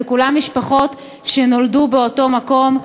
אלה כולן משפחות שנולדו באותו מקום,